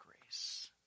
grace